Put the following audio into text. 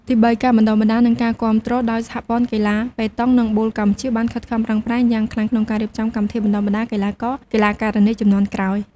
ទីបីការបណ្តុះបណ្តាល និងការគាំទ្រ ដោយសហព័ន្ធកីឡាប៉េតង់ និងប៊ូលកម្ពុជាបានខិតខំប្រឹងប្រែងយ៉ាងខ្លាំងក្នុងការរៀបចំកម្មវិធីបណ្តុះបណ្តាលកីឡាករ-កីឡាការិនី ជំនាន់ក្រោយ។